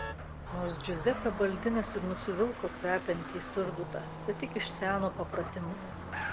nors džiuzepė baldinis ir nusivilko kvepiantį surdutą bet tik iš seno papratimo